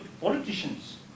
Politicians